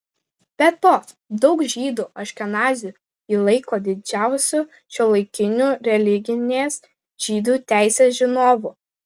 be to daug žydų aškenazių jį laiko didžiausiu šiuolaikiniu religinės žydų teisės žinovu